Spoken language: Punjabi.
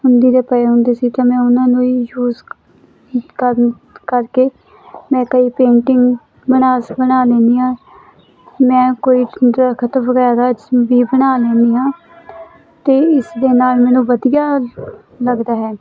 ਦੇ ਪਏ ਹੁੰਦੇ ਸੀ ਤਾਂ ਮੈਂ ਉਹਨਾਂ ਨੂੰ ਹੀ ਯੂਜ ਕਰ ਕਰਕੇ ਮੈਂ ਕਈ ਪੇਂਟਿੰਗ ਬਣਾ ਸ ਬਣਾ ਲੈਂਦੀ ਹਾਂ ਮੈਂ ਕੋਈ ਜ ਖਤ ਵਗੈਰਾ ਵੀ ਬਣਾ ਲੈਂਦੀ ਹਾਂ ਅਤੇ ਇਸ ਦੇ ਨਾਲ ਮੈਨੂੰ ਵਧੀਆ ਲੱਗਦਾ ਹੈ